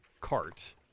cart